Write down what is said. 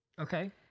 Okay